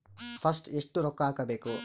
First ಎಷ್ಟು ರೊಕ್ಕ ಹಾಕಬೇಕು?